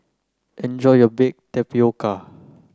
enjoy your bake tapioca